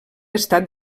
estat